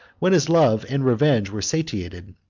when his love and revenge were satiated,